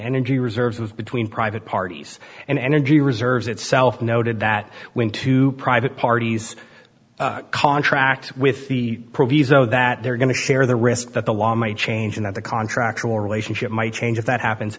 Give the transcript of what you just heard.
energy reserves was between private parties and energy reserves itself noted that when two private parties contract with the proviso that they're going to share the risk that the law might change and that the contract or relationship might change if that happens